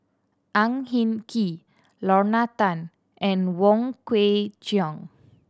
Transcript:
Ang Hin Kee Lorna Tan and Wong Kwei Cheong